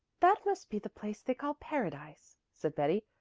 that must be the place they call paradise, said betty.